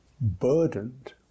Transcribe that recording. burdened